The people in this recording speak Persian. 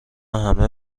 همه